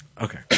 okay